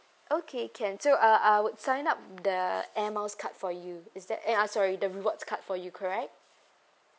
okay can so uh I would sign up the airmiles card for you is that eh ah sorry the rewards card for you correct